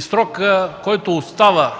Срокът, който остава